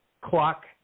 Clock